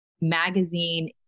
magazine